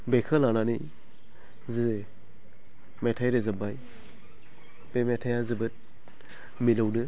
बेखो लानानै जे मेथाइ रोजाबबाय बे मेथाइया जोबोद मिलौदो